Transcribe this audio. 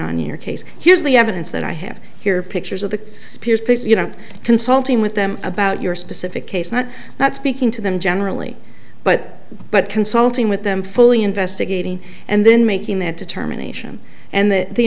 on your case here's the evidence that i have here pictures of the spears people you know consulting with them about your specific case not not speaking to them generally but but consulting with them fully investigating and then making that determination and that the